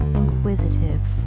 inquisitive